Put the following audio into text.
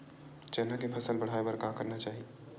चना के फसल बढ़ाय बर का करना चाही?